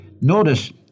Notice